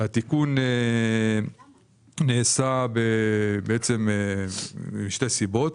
התיקון נעשה משתי סיבות.